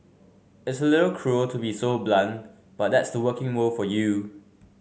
it's a little cruel to be so blunt but that's the working world for you